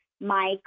Mike